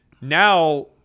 now